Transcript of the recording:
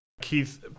Keith